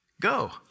Go